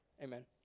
Amen